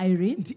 Irene